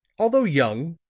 although young,